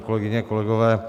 Kolegyně, kolegové.